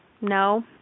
no